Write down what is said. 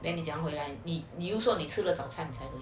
then 你怎样回来你又说你吃了早餐